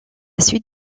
suite